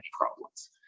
problems